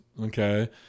Okay